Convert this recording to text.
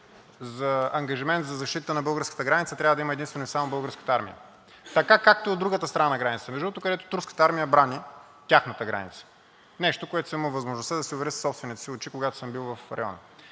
– ангажимент за защита на българската граница трябва да има единствено и само Българската армия. Така както е от другата страна на границата, между другото, където турската армия брани тяхната граница, нещо, в което съм имал възможността да се уверя със собствените си очи, когато съм бил в района.